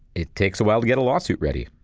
it takes a while to get a lawsuit ready.